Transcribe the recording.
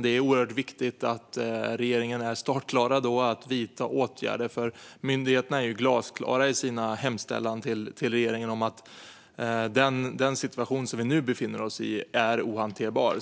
Det är oerhört viktigt att regeringen då är startklar att vidta åtgärder. Myndigheterna är glasklara i sin hemställan till regeringen om att den situation som vi nu befinner oss i är ohanterlig.